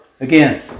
again